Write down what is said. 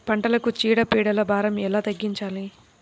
పంటలకు చీడ పీడల భారం ఎలా తగ్గించాలి?